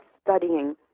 studying